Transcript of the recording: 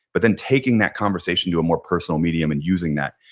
but then taking that conversation to a more personal medium and using that.